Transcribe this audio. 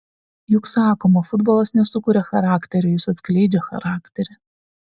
juk sakoma futbolas nesukuria charakterio jis atskleidžia charakterį